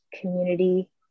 community